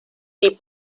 die